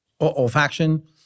Olfaction